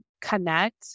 connect